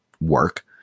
work